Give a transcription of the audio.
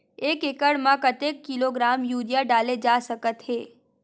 एक एकड़ म कतेक किलोग्राम यूरिया डाले जा सकत हे?